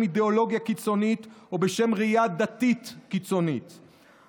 אידיאולוגיה קיצונית או בשם ראייה דתית קיצונית,